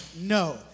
No